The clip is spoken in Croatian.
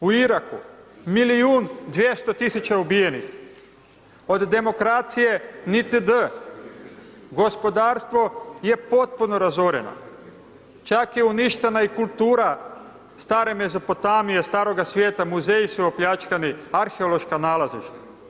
U Iraku 1.200.000 ubijenih, od demokracije niti d, gospodarstvo je potpuno razoreno, čak je uništena i kultura stare Mezopotamije, staroga svijeta muzeji su opljačkani, arheološka nalazišta.